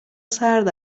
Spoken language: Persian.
سرد